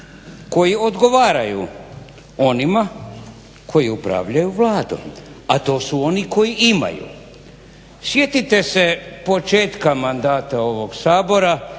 koji odgovaraju onima koji upravljaju Vladom, a to su oni koji imaju. Sjetite se početka mandata ovog Sabora,